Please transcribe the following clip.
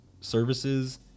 services